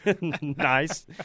Nice